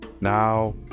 Now